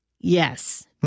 Yes